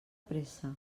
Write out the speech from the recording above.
pressa